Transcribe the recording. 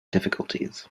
difficulties